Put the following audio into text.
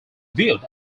viewed